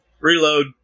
Reload